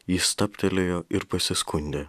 ji stabtelėjo ir pasiskundė